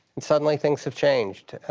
and, suddenly, things have changed.